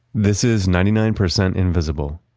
this is ninety nine percent invisible.